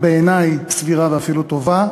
בעיני, בצורה סבירה ואפילו טובה.